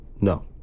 No